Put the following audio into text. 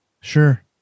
Sure